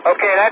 Okay